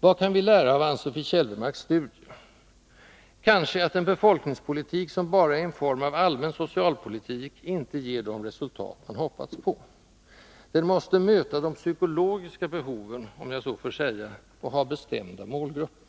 Vad kan vi lära av Ann Sofie Kälvemarks studie? Kanske att en befolkningspolitik, som bara är en form av allmän socialpolitik, inte ger de resultat man hoppats på. Den måste möta de psykologiska behoven, om jag så får säga, och ha bestämda målgrupper.